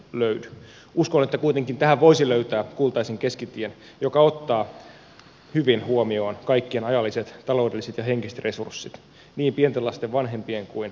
uskon että kuitenkin tähän voisi löytää kultaisen keskitien joka ottaa hyvin huomioon kaikkien ajalliset taloudelliset ja henkiset resurssit niin pienten lasten vanhempien kuin eläkeläistenkin